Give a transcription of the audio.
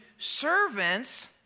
servants